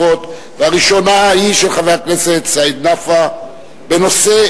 והראשונה היא של חבר הכנסת סעיד נפאע בנושא: